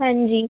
ਹਾਂਜੀ